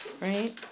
right